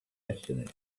destiny